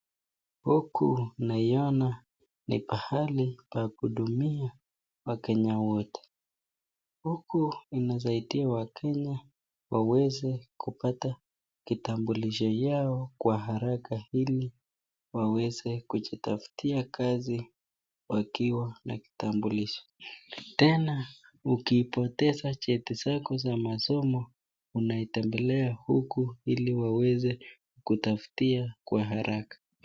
Huku naiona ni pahali pakutumia wakenya wote. Huku inasaidia wakenye waweze kupata kitambulisho yao kwa haraka, ili waweze kujitafutia kazi wakiwa na kitambulisho. Tena ukipoteza cheti chako cha masomo unaitembelea huku ili waweze kukutafutia kwa haraka.